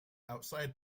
outside